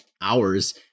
hours